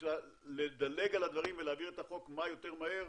בשביל לדלג על הדברים ולהעביר את החוק כמה שיותר מהר